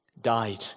died